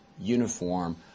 uniform